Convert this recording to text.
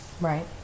Right